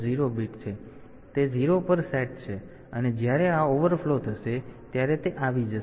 તેથી તે 0 પર સેટ છે અને જ્યારે આ ઓવરફ્લો થશે ત્યારે તે આવી જશે